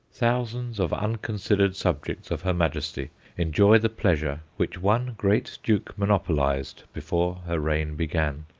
thousands of unconsidered subjects of her majesty enjoy the pleasure which one great duke monopolized before her reign began.